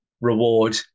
reward